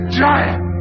giant